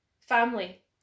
family